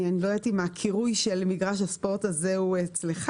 אני לא יודעת אם הקירוי של מגרש הספורט הזה הוא אצלך.